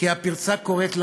כי הפרצה קוראת לגנב,